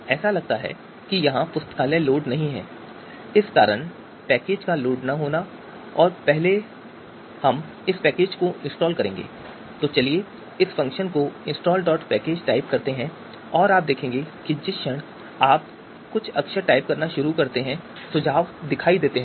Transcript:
ऐसा लगता है कि यहां पुस्तकालय लोड नही है इस का कारन पैकेज का लोड न होना है पहले हम इस पैकेज को इनस्टॉल करेंगे तो चलिए इस फ़ंक्शन को installpackages टाइप करते हैं और आप देखेंगे कि जिस क्षण हम कुछ अक्षर टाइप करना शुरू करते हैं सुझाव दिखाई देते हैं